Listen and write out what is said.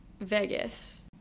Vegas